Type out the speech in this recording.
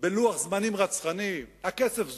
בלוח זמנים רצחני, הכסף זורם,